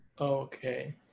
Okay